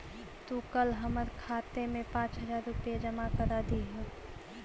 तू कल हमर खाते में पाँच हजार रुपए जमा करा दियह